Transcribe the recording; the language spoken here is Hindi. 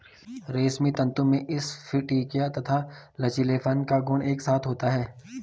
रेशमी तंतु में स्फटिकीय तथा लचीलेपन का गुण एक साथ होता है